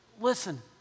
listen